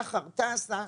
'שחר טסה,